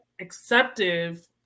acceptive